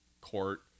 court